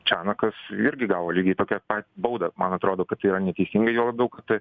čianakas irgi gavo lygiai tokią pat baudą man atrodo kad tai yra neteisinga juo labiau kad tai